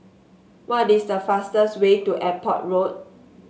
what is the fastest way to Airport Road